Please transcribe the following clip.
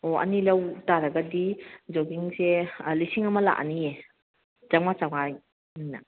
ꯑꯣ ꯑꯅꯤ ꯂꯧ ꯇꯥꯔꯒꯗꯤ ꯖꯣꯀꯤꯡꯁꯦ ꯂꯤꯁꯤꯡ ꯑꯃ ꯂꯥꯛꯑꯅꯤꯌꯦ ꯆꯥꯝꯃꯉꯥ ꯆꯥꯝꯃꯉꯥꯅꯤꯅ